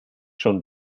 schon